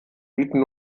bieten